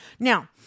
Now